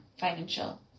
financial